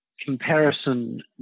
comparison